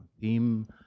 theme